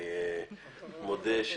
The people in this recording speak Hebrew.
אני מודה.